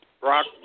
rock